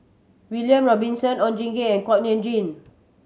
William Robinson Oon Jin Gee Kuak Nam Jin